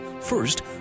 First